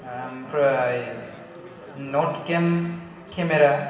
ओमफ्राय नट केम केमेरा